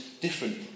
different